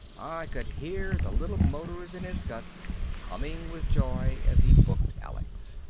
i could hear the little motors in his guts humming with joy as he booked alex.